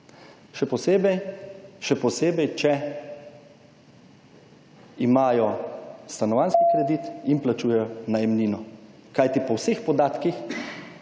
Še posebej če imajo stanovanjski kredi in plačujejo najemnino. Kajti, po vseh podatkih